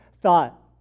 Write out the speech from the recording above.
thought